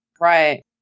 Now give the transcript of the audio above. right